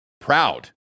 Proud